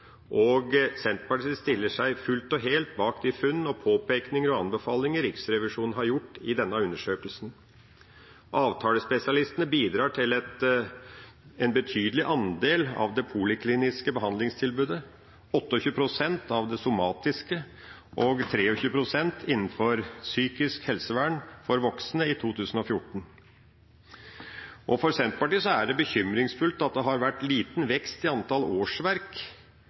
og Senterpartiet stiller seg fullt og helt bak de funn, påpekninger og anbefalinger Riksrevisjonen har gjort i denne undersøkelsen. Avtalespesialistene bidrar til en betydelig andel av det polikliniske behandlingstilbudet: 28 pst. av det somatiske og 23 pst. innenfor psykisk helsevern for voksne i 2014. For Senterpartiet er det bekymringsfullt at det har vært liten vekst i antall årsverk